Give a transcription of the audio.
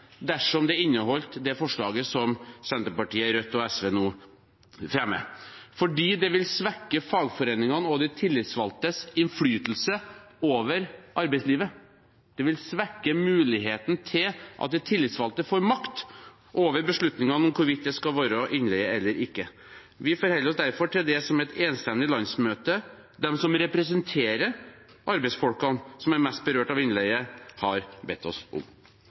dersom det inneholdt det forslaget som Senterpartiet, Rødt og SV nå fremmer, fordi det vil svekke fagforeningenes og de tillitsvalgtes innflytelse over arbeidslivet. Det vil svekke muligheten for de tillitsvalgte til å få makt over beslutningene om hvorvidt det skal være innleie eller ikke. Vi forholder oss derfor til det som et enstemmig landsmøte, de som representerer arbeidsfolkene som er mest berørt av innleie, har bedt oss om.